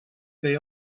they